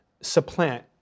supplant